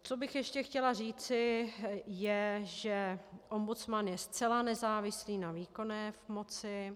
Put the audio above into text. Co bych ještě chtěla říci, je, že ombudsman je zcela nezávislý na výkonné moci.